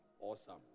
awesome